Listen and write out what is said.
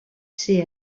ser